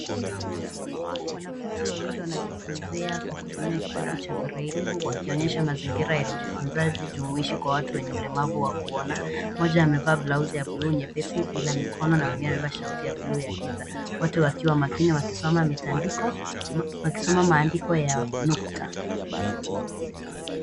Wanafunzi wawili wanajifunzia kwa kutumia kitabu cha breli huku wakionyesha mazingira ya ujifunzaji jumuishi kwa watu wenye ulemavu wa kuona. Mmoja amevaa blausi ya bluu nyepesi bila mikono mwingine amevaa shati ya bluu ya giza. Wote wakiwa makini wakisoma mitandiko, wakisoma maandiko ya nukta.